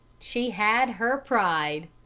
she had her pride.